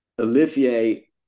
Olivier